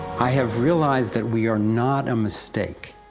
i have realized that we are not a mistake.